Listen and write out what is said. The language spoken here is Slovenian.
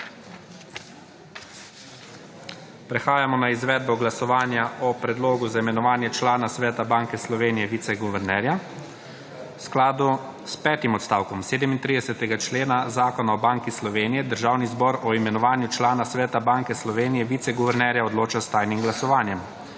Prehajamo na izvedbo glasovanja o predlogu za imenovanje člana Sveta Banke Slovenije – viceguvernerja. V skladu s petim odstavkom 37. člena Zakona o Banki Slovenije Državni zbor o imenovanju člana Sveta Banke Slovenije – viceguvernerja odloča s tajnim glasovanjem.